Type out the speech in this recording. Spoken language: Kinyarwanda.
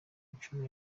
nshuro